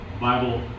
Bible